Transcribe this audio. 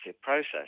process